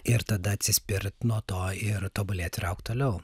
ir tada atsispirt nuo to ir tobulėt ir augt toliau